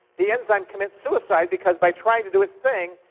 the enzyme commits suicide, because by trying to do its thing,